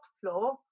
floor